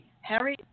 Harry